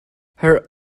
her